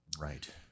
right